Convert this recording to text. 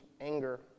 anger